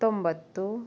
ತೊಂಬತ್ತು